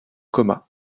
coma